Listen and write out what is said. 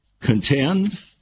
contend